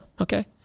okay